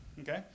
Okay